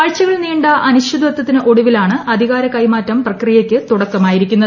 ആഴ്ചകൾ നീണ്ട അനിശ്ചിതത്വത്തിന് ഒടുവിലാണ് അധികാര കൈമാറ്റ പ്രക്രിയയ്ക്ക് തുടക്കം ആയിരിക്കുന്നത്